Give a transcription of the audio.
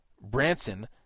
Branson